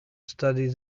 studied